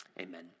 Amen